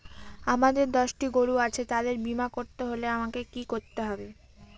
আমার দশটি গরু আছে তাদের বীমা করতে হলে আমাকে কি করতে হবে?